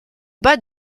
bas